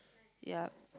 yep